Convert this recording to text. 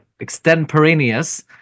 extemporaneous